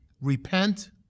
Repent